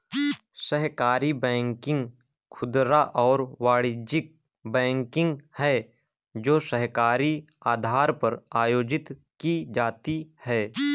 सहकारी बैंकिंग खुदरा और वाणिज्यिक बैंकिंग है जो सहकारी आधार पर आयोजित की जाती है